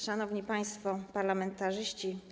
Szanowni Państwo Parlamentarzyści!